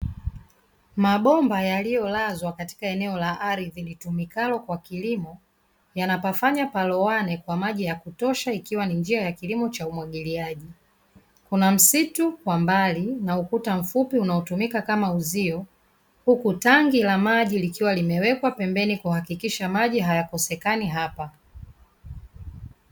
Mabomba yaliyolazwa katika eneo la ardhi litumikalo kwa kilimo, yanapofanya palowane kwa maji ya kutosha ikiwa ni njia ya kilimo cha umwagiliaji. Kuna msitu kwa mbali na ukuta mfupi unaotumika kama uzio, huku tanki la maji likiwa limewekwa pembeni kwa kuhakikisha maji hayakosekani hapa.